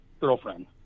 girlfriend